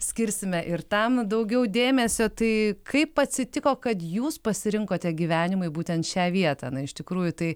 skirsime ir tam daugiau dėmesio tai kaip atsitiko kad jūs pasirinkote gyvenimui būtent šią vietą na iš tikrųjų tai